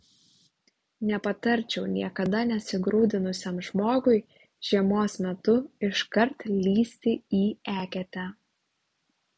nepatarčiau niekada nesigrūdinusiam žmogui žiemos metu iškart lįsti į eketę